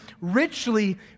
richly